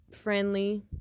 friendly